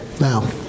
Now